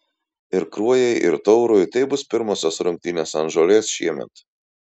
ir kruojai ir taurui tai bus pirmosios rungtynės ant žolės šiemet